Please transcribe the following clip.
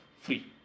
free